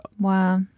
Wow